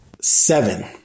seven